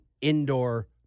indoor